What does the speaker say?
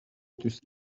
دوست